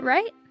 Right